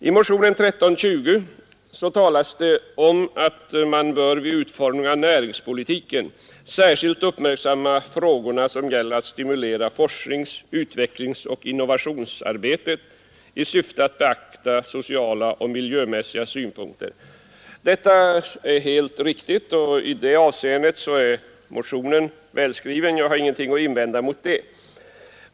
I motionen 1320 talas om att ”vid utformningen av näringspolitiken särskild uppmärksamhet måste ägnas frågan om att stimulera forsknings-, utvecklingsoch innovationsarbetet i syfte att med beaktande av sociala och miljömässiga synpunkter trygga en fortsatt industriell utveckling”. Detta är helt riktigt; i det avseendet är motionen välskriven, och jag har ingenting att invända mot det.